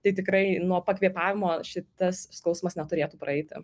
tai tikrai nuo pakvėpavimo šitas skausmas neturėtų praeiti